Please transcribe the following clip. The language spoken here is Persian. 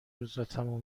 میشه